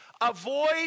Avoid